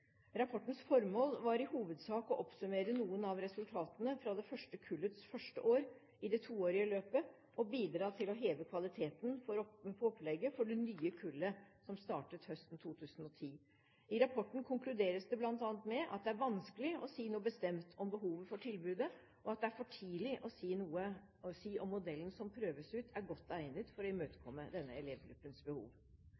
Rapportens formål var i hovedsak å oppsummere noen av resultatene fra det første kullets første år i det toårige løpet, og å bidra til å heve kvaliteten på opplegget for det nye kullet som startet høsten 2010. I rapporten konkluderes det bl.a. med at det er vanskelig å si noe bestemt om behovet for tilbudet, og at det er for tidlig å si om modellen som prøves ut, er godt egnet for å